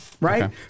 right